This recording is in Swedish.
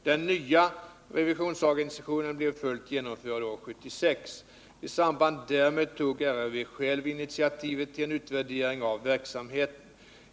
Den nya revisionsorganisationen blev fullt genomförd år 1976. I samband därmed tog RRV självt initiativet till en utvärdering av verksamheten.